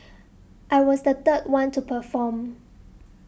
I was the third one to perform